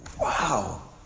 Wow